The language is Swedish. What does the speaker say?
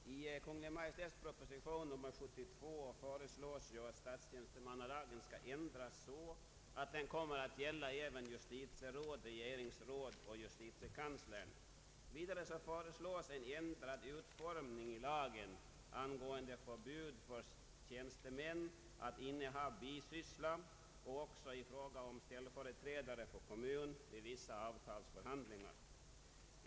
Herr talman! I Kungl. Maj:ts proposition nr 72 föreslås att statstjänstemannalagen skall ändras så att den kommer att gälla även justitieråd, regeringsråd och justitiekanslern. Vidare föreslås en ändrad utformning i lagen angående förbud för tjänstemän att inneha bisyssla och även i fråga om ställföreträdare för kommun vid vissa avtalsförhandlingar.